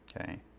okay